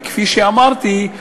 וכפי שאמרתי,